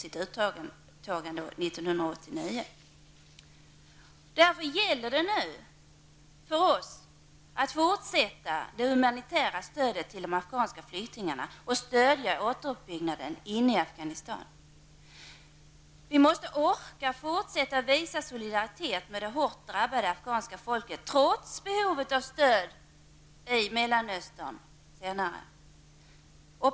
Mot den bakgrunden gäller det för oss att fortsätta med det humanitära stödet till de afghanska flyktingarna och att stödja återuppbyggnadsarbetet inne i Afghanistan. Vi måste orka fortsätta att visa solidaritet med det hårt drabbade afghanska folket, trots behovet av stöd i Mellanöstern.